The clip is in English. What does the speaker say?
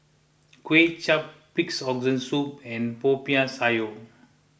Kway Chap Pigs Organ Soup and Popiah Sayur